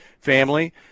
family